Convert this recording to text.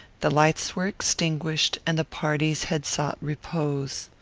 the lights were extinguished, and the parties had sought repose.